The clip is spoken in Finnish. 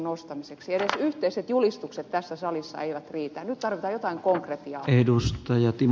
edes yhteiset julistukset tässä salissa eivät riitä nyt tarvitaan jotain konkretiaa